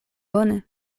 bone